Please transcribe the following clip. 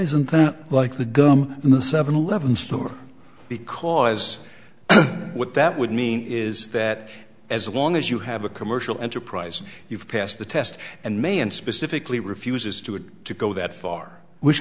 isn't that like the gum in the seven eleven store because what that would mean is that as long as you have a commercial enterprise you've passed the test and me and specifically refuses to agree to go that far which